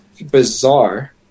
bizarre